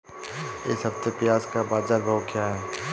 इस हफ्ते प्याज़ का बाज़ार भाव क्या है?